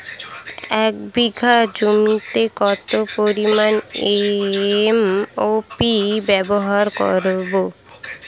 এক বিঘা জমিতে কত পরিমান এম.ও.পি ব্যবহার করব?